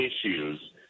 issues